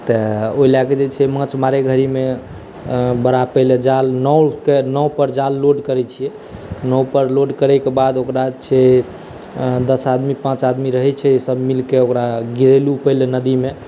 तऽ ओहि लऽ कऽ जे छै माछ मारै घरिमे बड़ा पहिले जाल नावके नावपर जाल लोड करै छिए नावपर लोड करैके बाद ओकरा छै दस आदमी पाँच आदमी रहै छै सब मिलकऽ ओकरा गिरेलहुँ पहिले नदीमे